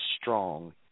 strong